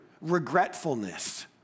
regretfulness